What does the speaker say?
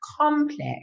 complex